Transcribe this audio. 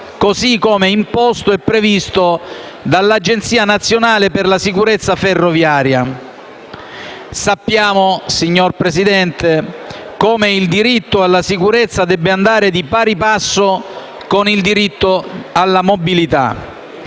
così come imposto e previsto dall'Agenzia nazionale per la sicurezza ferroviaria. Signora Presidente, sappiamo come il diritto alla sicurezza debba andare di pari passo con il diritto alla mobilità.